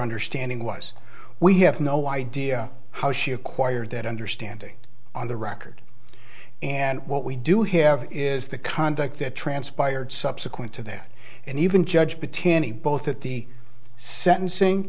understanding was we have no idea how she acquired that understanding on the record and what we do here is the conduct that transpired subsequent to that and even judge batin me both at the sentencing